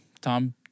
Tom